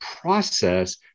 process